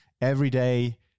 everyday